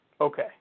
Okay